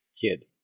kid